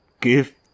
give